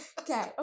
Okay